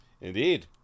Indeed